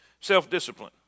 Self-discipline